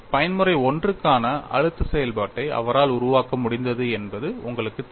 பயன்முறை I க்கான அழுத்த செயல்பாட்டை அவரால் உருவாக்க முடிந்தது என்பது உங்களுக்குத் தெரியும்